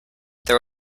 there